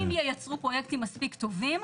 אם ייצרו פרויקטים מספיק טובים,